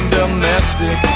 domestic